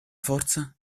forza